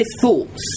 thoughts